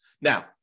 Now